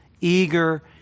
Eager